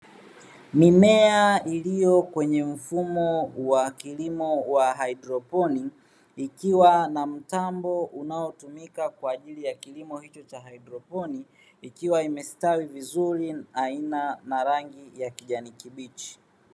Mimea iliyo kwenye mfumo wa kilimo wa haidroponi, ikiwa na mtambo unaotumika kwa ajili ya kilimo hicho cha haidroponi, ikiwa imestawi vizuri na aina ya rangi ya kijani kibichi.